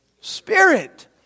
Spirit